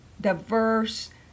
diverse